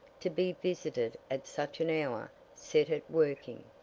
to be visited at such an hour, set it working.